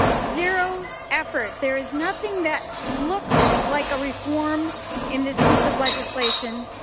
zero effort. there is nothing that looks like a reform in this piece of legislation.